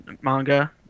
manga